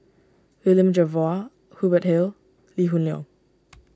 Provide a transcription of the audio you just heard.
William Jervois Hubert Hill Lee Hoon Leong